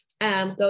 Go